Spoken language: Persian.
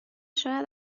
شاید